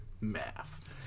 Math